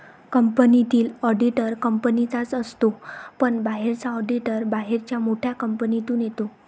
कंपनीतील ऑडिटर कंपनीचाच असतो पण बाहेरचा ऑडिटर बाहेरच्या मोठ्या कंपनीतून येतो